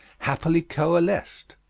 happily coalesced